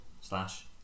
Slash